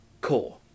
core